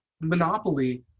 monopoly